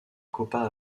copa